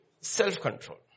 self-control